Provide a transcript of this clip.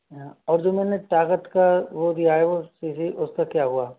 हाँ और जो मैंने ताकत का वो दिया है वो शीशी उसका क्या हुआ